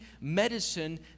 medicine